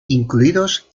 incluidos